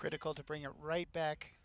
critical to bring it right back